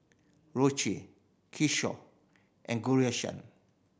Rohit Kishore and Ghanshyam